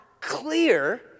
clear